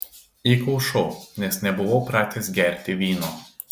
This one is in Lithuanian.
įkaušau nes nebuvau pratęs gerti vyno